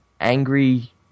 Angry